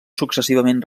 successivament